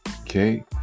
okay